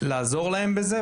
לעזור להם בזה.